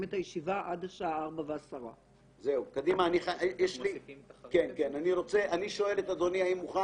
את הישיבה עד 16:10. אני שואל את אדוני אם הוא מוכן.